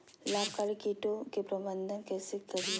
लाभकारी कीटों के प्रबंधन कैसे करीये?